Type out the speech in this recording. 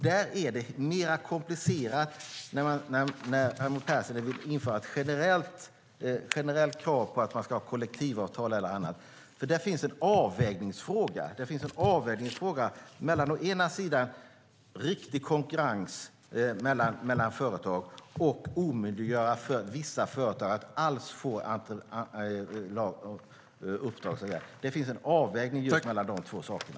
Där blir det mer komplicerat när Raimo Pärssinen vill införa ett generellt krav på kollektivavtal eller annat. Där finns nämligen en avvägningsfråga mellan å ena sidan riktig konkurrens mellan företag och å andra sidan att omöjliggöra för vissa företag att alls få uppdrag. Det finns en avvägning mellan de två sakerna.